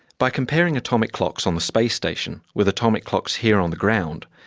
by comparing atomic clocks on the space station with atomic clocks here on the ground,